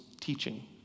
teaching